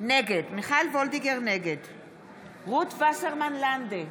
נגד רות וסרמן לנדה,